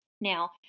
Now